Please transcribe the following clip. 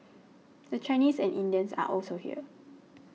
the Chinese and Indians are also here